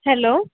hello